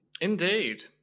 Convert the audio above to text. Indeed